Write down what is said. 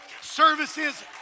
services